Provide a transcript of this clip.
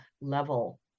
level